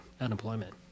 unemployment